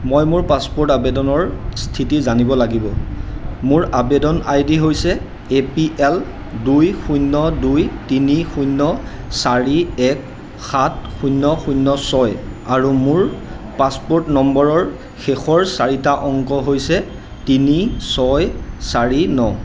মই মোৰ পাছপ'ৰ্ট আবেদনৰ স্থিতি জানিব লাগিব মোৰ আবেদন আই ডি হৈছে এ পি এল দুই শূন্য় দুই তিনি শূন্য় চাৰি এক সাত শূন্য় শূন্য় ছয় আৰু মোৰ পাছপ'ৰ্ট নম্বৰৰ শেষৰ চাৰিটা অংক হৈছে তিনি ছয় চাৰি ন